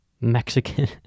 Mexican